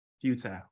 Futile